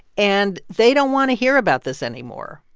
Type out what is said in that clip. and they don't want to hear about this anymore.